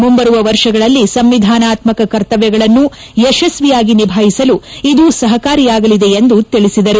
ಮುಂಬರುವ ವರ್ಷಗಳಲ್ಲಿ ಸಂವಿಧಾನಾತ್ತಕ ಕರ್ತಮ್ಯಗಳನ್ನು ಯಶಸ್ವಿಯಾಗಿ ನಿಭಾಯಿಸಲು ಇದು ಸಹಕಾರಿಯಾಗಲಿದೆ ಎಂದು ತಿಳಿಸಿದರು